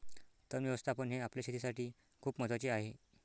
तण व्यवस्थापन हे आपल्या शेतीसाठी खूप महत्वाचे आहे